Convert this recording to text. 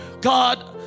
God